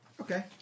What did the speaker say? okay